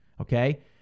Okay